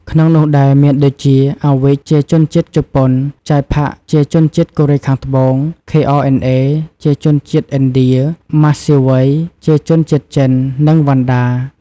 ក្នុងនោះដែរមានដូចជា Awich ជាជនជាតិ ជប៉ុន) , Jay Park ជាជនជាតិ កូរ៉េខាងត្បូង, KR$NA ជាជនជាតិ ឥណ្ឌា, Masiwei ជាជនជាតិ ចិន និង វណ្ណដា។